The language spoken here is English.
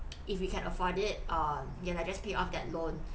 if you can afford it err ya lah just pay off that loan